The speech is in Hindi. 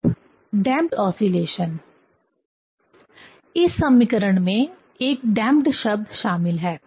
अब डैंपड ऑस्लेशन इस समीकरण में एक डैंपड शब्द शामिल है